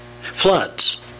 Floods